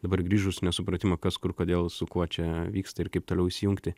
dabar grįžus nesupratimu kas kur kodėl su kuo čia vyksta ir kaip toliau įsijungti